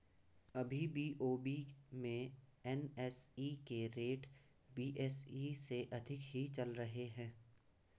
अभी बी.ओ.बी में एन.एस.ई के रेट बी.एस.ई से अधिक ही चल रहे हैं